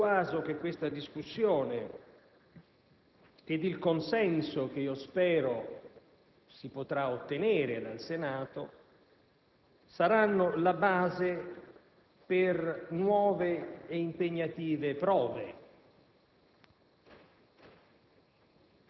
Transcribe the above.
Sono anche persuaso che questa discussione ed il consenso che, spero, si potrà ottenere dal Senato saranno la base per nuove e impegnative prove